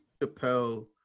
Chappelle